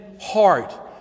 heart